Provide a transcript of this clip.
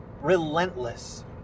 relentless